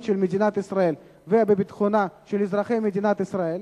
של מדינת ישראל ובביטחונם של אזרחי מדינת ישראל.